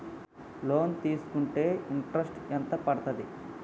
Loan తీస్కుంటే interest ఎంత పడ్తది?